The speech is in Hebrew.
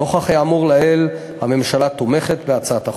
נוכח האמור לעיל, הממשלה תומכת בהצעת החוק.